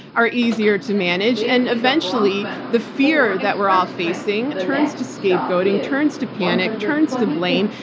are easier to manage, and eventually, the fear that we're all facing turns to scapegoating, turns to panic, turns to blame,